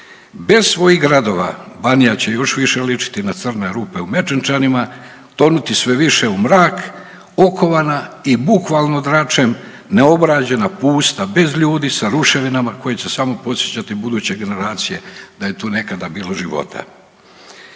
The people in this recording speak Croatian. Bez svojih gradova, Banija će još više ličiti na crne rupe u Mečenčanima, tonuti sve više u mrak, okovana i bukvalno dračem, neobrađena, pusta, bez ljudi, sa ruševinama koje će samo podsjećati buduće generacije da je tu nekada bilo života.